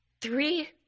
Three